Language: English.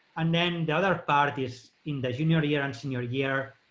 and then the other part is in the junior year and senior year,